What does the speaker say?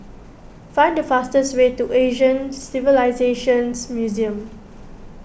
find the fastest way to Asian Civilisations Museum